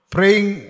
Praying